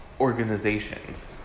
organizations